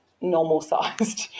normal-sized